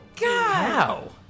God